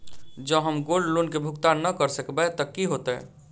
जँ हम gold loan केँ भुगतान न करऽ सकबै तऽ की होत?